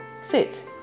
sit